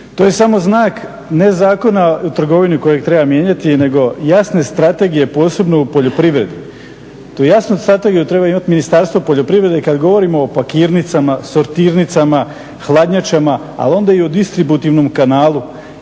To je samo znak ne Zakona o trgovini kojeg treba mijenjati nego jasne strategije, posebno u poljoprivredi. Tu jasnu strategiju trebat imat Ministarstvo poljoprivrede kad govorimo o pakirnicama, sortirnicama, hladnjačama, ali onda i u distributivnom kanalu.